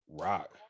Rock